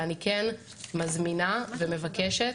ואני כן מזמינה ומבקשת,